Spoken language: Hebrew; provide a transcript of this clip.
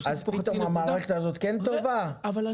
אז הוסיפו פה חצי נקודה.